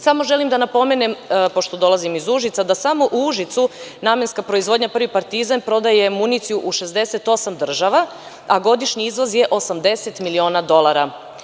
Samo želim da napomenem, pošto dolazim iz Užica, da samo u Užicu namenska proizvodnja „Prvi partizan“ prodaje municiju u 68 država, a godišnji izvoz je 80 miliona dolara.